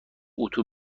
اتو